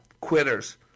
Quitters